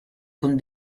con